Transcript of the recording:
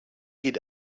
geht